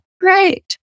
great